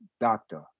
doctor